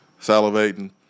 salivating